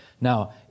now